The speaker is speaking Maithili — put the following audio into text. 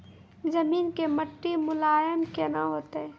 जमीन के मिट्टी मुलायम केना होतै?